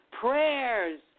prayers